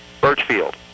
Birchfield